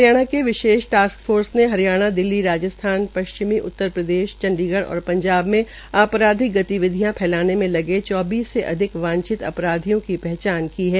हरियाणा के विशेष task force ने हरियाणा दिल्ली राजस्थान पश्चिमी उत्तरप्रदेश चंडीगढ़ और पंजाब में अपराधिक गतिविधियां फैलाने में लगे चौबीस से अधिक वांछित अपराधियों की पहचान की है